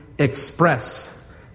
express